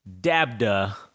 Dabda